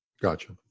Gotcha